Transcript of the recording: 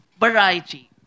Variety